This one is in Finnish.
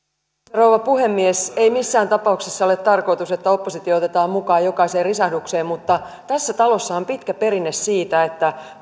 rouva puhemies ei missään tapauksessa ole tarkoitus että oppositio otetaan mukaan jokaiseen risahdukseen mutta tässä talossa on pitkä perinne siitä että